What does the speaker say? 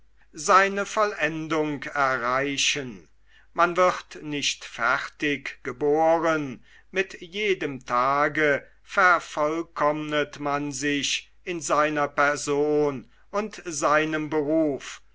unheilbar machen man wird nicht fertig geboren mit jedem tage vervollkommnet man sich in seiner person und seinem beruf